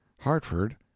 Hartford